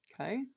Okay